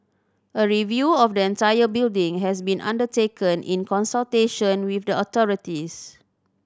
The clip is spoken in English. a review of the entire building has been undertaken in consultation with the authorities